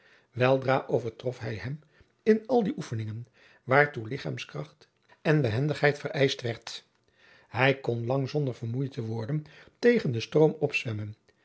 weldra overtrof hij hem in al die oefeningen waartoe lichaamskracht en behendigheid vereischt werd hij kon lang zonder vermoeid te worden tegen den stroom op zwemmen